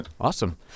Awesome